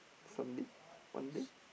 some day one day